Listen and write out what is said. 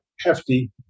hefty